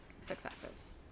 successes